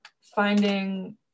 finding